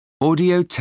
Audio